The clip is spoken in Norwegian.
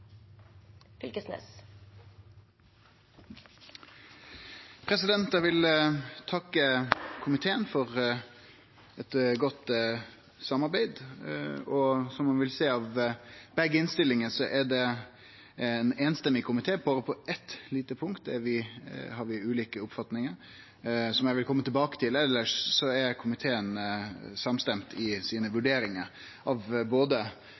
vedtatt. Eg vil takke komiteen for eit godt samarbeid. Som ein vil sjå av begge innstillingane, er det ein samrøystes komité. Berre på eitt lite punkt har vi ulike oppfatningar, som eg komme tilbake til. Elles er komiteen samstemt i sine vurderingar av både